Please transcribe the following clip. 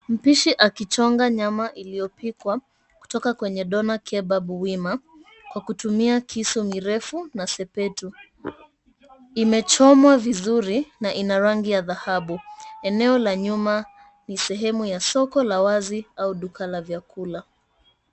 Mpishi akichonga nyama iliopikwa, kutoka kwenye [sc] doner kebab [sc] uwima, kwa kutumia kisu mirefu na sepetu. Imechomwa vizuri na ina rangi ya dhahabu, eneo la nyuma ni sehemu ya soko la wazi au duka la vyakula.